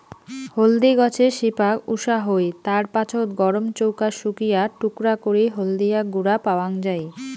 হলদি গছের শিপাক উষা হই, তার পাছত গরম চৌকাত শুকিয়া টুকরা করি হলদিয়া গুঁড়া পাওয়াং যাই